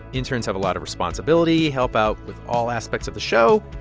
interns have a lot of responsibility, help out with all aspects of the show,